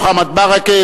מוחמד ברכה,